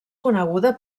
coneguda